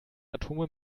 atome